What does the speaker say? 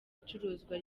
icuruzwa